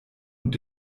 und